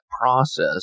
process